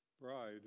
bride